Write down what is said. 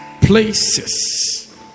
places